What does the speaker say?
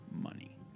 money